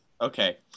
Okay